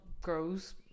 grows